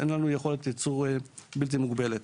אין לנו יכולת ייצור בלתי מוגבלת.